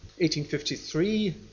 1853